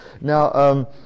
Now